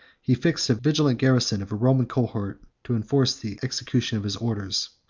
he fixed a vigilant garrison of a roman cohort to enforce the execution of his orders.